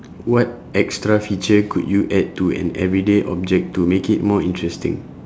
what extra feature could you add to an everyday object to make it more interesting